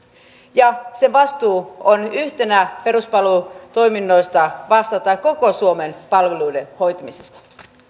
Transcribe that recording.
ja sen vastuu on yhtenä peruspalvelutoimijoista vastata koko suomen palveluiden hoitamisesta